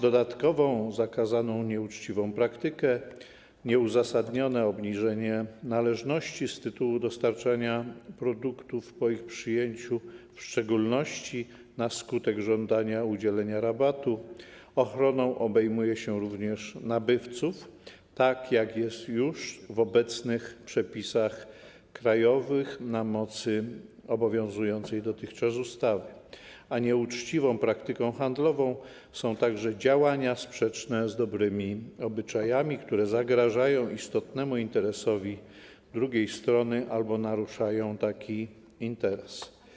Dodatkową zakazaną, nieuczciwą praktyką jest nieuzasadnione obniżenie należności z tytułu dostarczenia produktów po ich przyjęciu, w szczególności na skutek żądania udzielenia rabatu, ochroną obejmuje się również nabywców, tak jak jest już w obecnych przepisach krajowych, na mocy obowiązującej dotychczas ustawy, a nieuczciwą praktyką handlową są także działania sprzeczne z dobrymi obyczajami, które zagrażają istotnemu interesowi drugiej strony albo naruszają taki interes.